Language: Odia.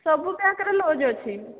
ସବୁ ପ୍ୟାକ୍ରେ ଲୁଜ୍ ଅଛି